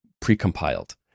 pre-compiled